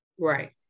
Right